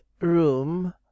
room